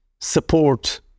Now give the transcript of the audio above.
support